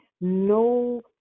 no